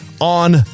on